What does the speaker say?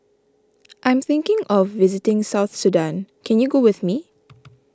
I am thinking of visiting South Sudan can you go with me